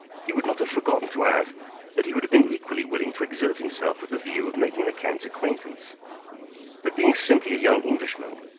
he would not have forgotten to add that he would have been equally willing to exert himself with the view of making the count's acquaintance but being simply a young englishman,